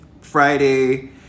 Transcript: Friday